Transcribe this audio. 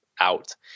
out